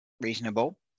reasonable